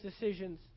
decisions